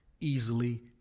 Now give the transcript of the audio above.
easily